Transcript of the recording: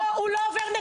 הוא לא עובר.